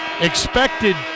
Expected